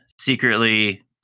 secretly